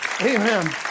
Amen